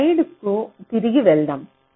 స్లైడ్కు తిరిగి వెళ్దాం